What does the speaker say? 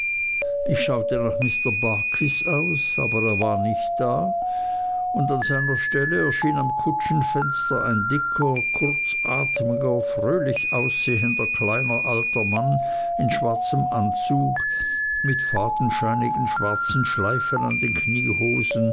ich schaute nach mr barkis aus aber er war nicht da und an seiner stelle erschien am kutschenfenster ein dicker kurzatmiger fröhlich aussehender kleiner alter mann in schwarzem anzug mit fadenscheinigen schwarzen schleifen an den kniehosen